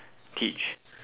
teach